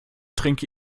trinke